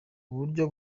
uburyo